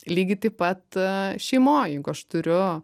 lygiai taip pat šeimoj jeigu aš turiu